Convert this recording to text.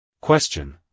Question